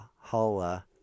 holla